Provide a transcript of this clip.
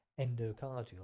endocardial